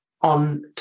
on